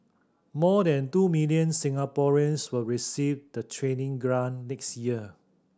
more than two million Singaporeans will receive the training grant next year